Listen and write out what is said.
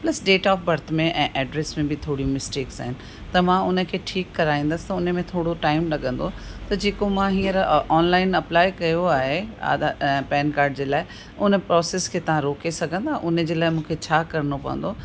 plus date of birth में ऐं address में बि थोरियूं मिस्टेक्स आहिनि त मां उन खे ठीकु कराईंदसि त उन में थोरो टाइम लॻंदो त जेको मां हींअर ऑनलाइन अप्लाई कयो आहे आधा पेन कार्ड जे लाइ उन प्रोसेस खे तव्हां रोके सघंदव उन जे लाइ मूंखे छा करिणो पवंदो